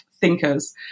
thinkers